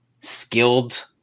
skilled